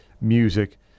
music